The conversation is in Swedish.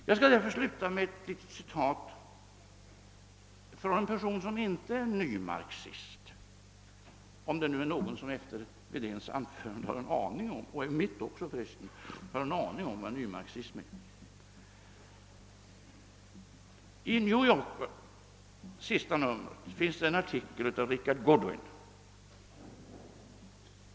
Jag skall därför sluta med ett litet citat från en person, som inte är nymarxist, om det nu är någon som efter herr Wedéns anförande och mitt också för resten har en aning om vad nymarxismen är. I New Yorker, sista numret, finns det en artikel av Rickard Goodwin.